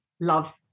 love